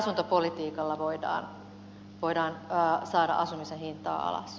miten asuntopolitiikalla voidaan saada asumisen hintaa alas